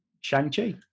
Shang-Chi